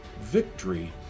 victory